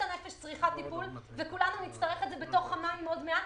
הנפש צריכה טיפול וכולנו נצטרך את זה עוד מעט,